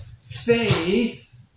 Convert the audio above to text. faith